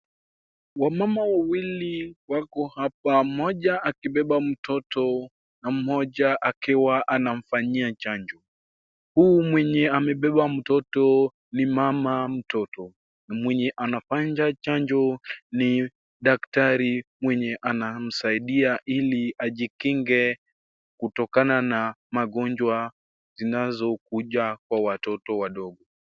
Wamama wawili wako hapa, mmoja akibeba mtoto, na mmoja akiwa anamfanyia chanjo. Huyu mwenye amebeba mtoto ni mama mtoto. Mwenye anafanya chanjo ni daktari mwenye anamsaidia ili ajikinge kutokana na magonjwa zinazokuja kwa watoto wadogo.